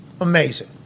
amazing